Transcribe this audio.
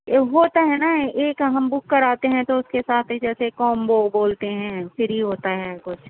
ہوتا ہے نہ ایک ہم بک کراتے ہیں تو اس کے ساتھ جیسے کومبو بولتے ہیں فری ہوتا ہے کچھ